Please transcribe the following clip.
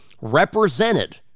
represented